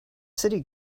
city